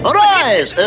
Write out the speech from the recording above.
Arise